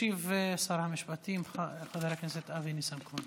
ישיב שר המשפטים חבר הכנסת אבי ניסנקורן.